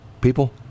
people